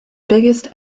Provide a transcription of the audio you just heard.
biggest